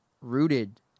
rooted